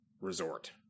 resort